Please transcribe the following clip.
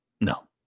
No